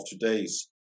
today's